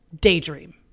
daydream